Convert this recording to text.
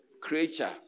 Creature